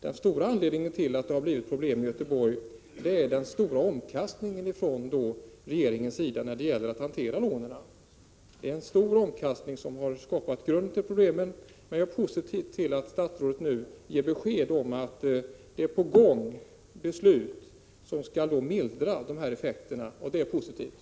Den viktigaste anledningen till att det har blivit problem i Göteborg är den snabba omkastning som regeringen gjort när det gäller hanteringen av lånen. Den har skapat grunden till problemen. Men jag är positiv till att statsrådet nu har gett besked om att beslut är på väg som skall kunna mildra de uppkomna effekterna.